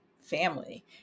family